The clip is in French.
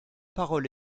parole